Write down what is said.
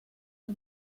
del